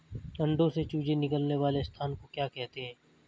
अंडों से चूजे निकलने वाले स्थान को क्या कहते हैं?